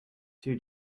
two